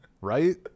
right